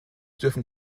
dürfen